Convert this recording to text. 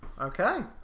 Okay